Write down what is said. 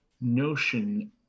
notion